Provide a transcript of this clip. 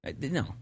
no